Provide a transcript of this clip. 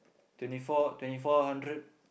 twenty four twenty four hundred